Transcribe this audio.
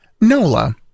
NOLA